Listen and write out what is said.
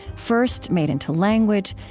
first made into language,